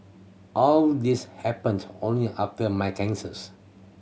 all these happened only after my cancers